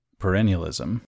perennialism